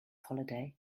holiday